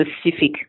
specific